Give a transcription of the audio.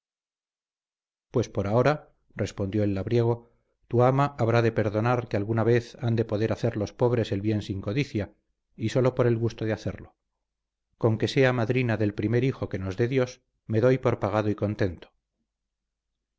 pues por ahora respondió el labriego tu ama habrá de perdonar que alguna vez han de poder hacer los pobres el bien sin codicia y sólo por el gusto de hacerlo con que sea madrina del primer hijo que nos dé dios me doy por pagado y contento